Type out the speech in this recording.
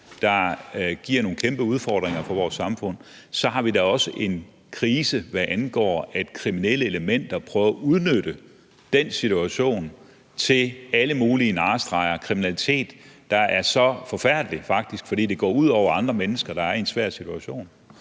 der giver nogle kæmpe udfordringer for vores samfund, har vi da også en krise, hvad angår, at kriminelle elementer prøver at udnytte den situation til alle mulige narrestreger og kriminalitet, der faktisk er forfærdelig, fordi det går ud over andre mennesker, der er i en svær situation.